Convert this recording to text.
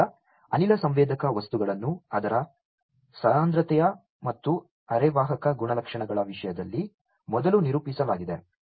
ಆದ್ದರಿಂದ ಅನಿಲ ಸಂವೇದಕ ವಸ್ತುಗಳನ್ನು ಅದರ ಸರಂಧ್ರತೆ ಮತ್ತು ಅರೆವಾಹಕ ಗುಣಲಕ್ಷಣಗಳ ವಿಷಯದಲ್ಲಿ ಮೊದಲು ನಿರೂಪಿಸಲಾಗಿದೆ